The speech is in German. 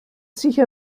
sicher